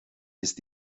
ist